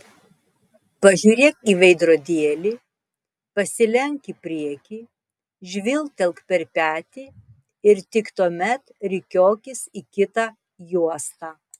pažiūrėk į veidrodėlį pasilenk į priekį žvilgtelk per petį ir tik tuomet rikiuokis į kitą juostą